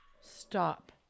Stop